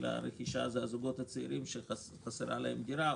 הרכישה זה הזוגות הצעירים שחסרה להם דירה,